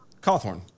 Cawthorn